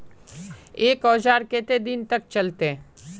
एक औजार केते दिन तक चलते?